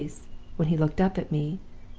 when he looked up at me,